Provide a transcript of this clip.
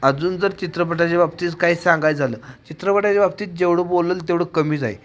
अजून जर चित्रपटाच्या बाबतीत काही सांगायचं झालं चित्रपटाच्या बाबतीत जेवढं बोलंल तेवढं कमीच आहे